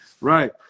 Right